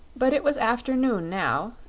but it was after noon now,